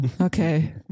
Okay